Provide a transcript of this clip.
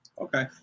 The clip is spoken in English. Okay